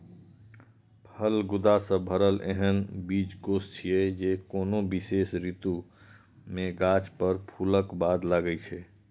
फल गूदा सं भरल एहन बीजकोष छियै, जे कोनो विशेष ऋतु मे गाछ पर फूलक बाद लागै छै